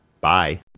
bye